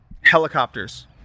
Helicopters